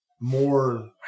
more